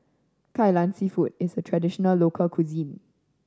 Kai Lan Seafood is a traditional local cuisine